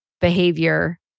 behavior